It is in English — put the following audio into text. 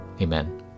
Amen